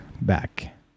back